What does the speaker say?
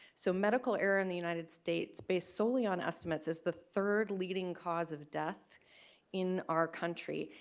so medical error in the united states based solely on estimates is the third leading cause of death in our country.